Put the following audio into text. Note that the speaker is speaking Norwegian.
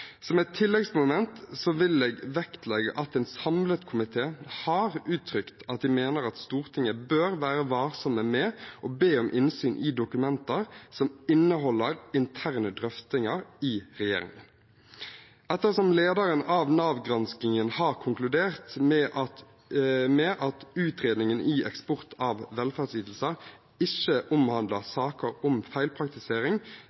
Som et tilleggsmoment vil jeg vektlegge at en samlet komité har uttrykt at de mener at Stortinget bør være varsomme med å be om innsyn i dokumenter som inneholder interne drøftinger i regjeringen. Ettersom lederen av Nav-granskingen har konkludert med at utredningen om eksport av velferdsytelser ikke